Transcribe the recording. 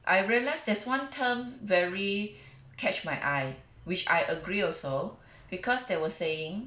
I realised there's one term very catch my eye which I agree also because they were saying